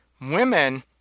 women